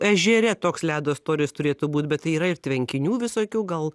ežere toks ledo storis turėtų būt bet tai yra ir tvenkinių visokių gal